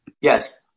Yes